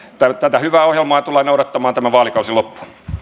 tätä hyvää ohjelmaa tullaan noudattamaan tämä vaalikausi